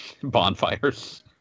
bonfires